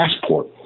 passport